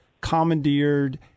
commandeered